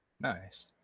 Nice